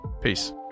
Peace